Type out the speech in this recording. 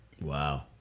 Wow